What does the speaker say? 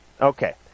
Okay